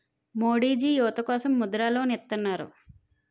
మోడీజీ యువత కోసం ముద్ర లోన్ ఇత్తన్నారు